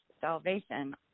salvation